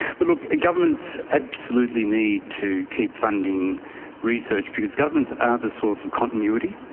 but look, governments absolutely need to keep funding research because governments are the source of continuity,